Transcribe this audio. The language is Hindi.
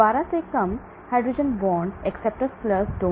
12 से कम हाइड्रोजन बॉन्ड acceptors donors